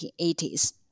1980s